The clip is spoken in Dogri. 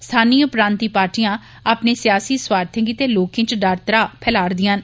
स्थानीय प्रांतीय पार्टियां अपने सियासी स्वार्थे गित्तै लोकें च डर त्राह फैलारदियां न